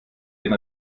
den